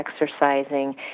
exercising